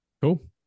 Cool